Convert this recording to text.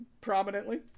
prominently